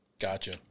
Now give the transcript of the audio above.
Gotcha